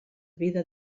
vida